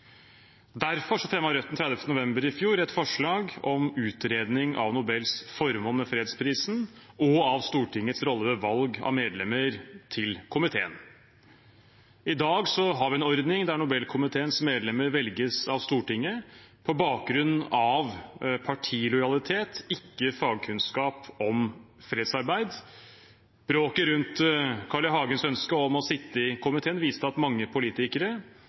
Derfor fremmet Rødt den 30. november i fjor et forslag om utredning av Nobels formål med fredsprisen og av Stortingets rolle ved valg av medlemmer til komiteen. I dag har vi en ordning der Nobelkomiteens medlemmer velges av Stortinget på bakgrunn av partilojalitet, ikke fagkunnskap om fredsarbeid. Bråket rundt Carl I. Hagens ønske om å sitte i komiteen viste at mange politikere